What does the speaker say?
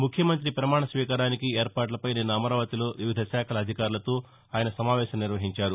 ముఖ్యమంతి ప్రమాణ స్వీకారానికి ఏర్పాట్లపై నిన్న అమరావతిలో వివిధ శాఖల అధికారులతో ఆయన సమావేశం నిర్వహించారు